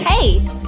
Hey